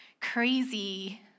crazy